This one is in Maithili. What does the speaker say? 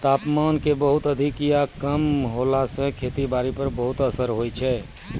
तापमान के बहुत अधिक या कम होय के खेती बारी पर बहुत असर होय छै